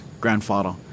grandfather